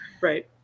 Right